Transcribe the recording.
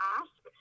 ask